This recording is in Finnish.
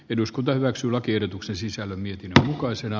eduskunta hyväksyi lakiehdotuksen sisältämiin huokoisena